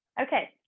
Okay